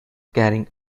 carrying